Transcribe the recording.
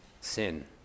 sin